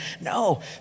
No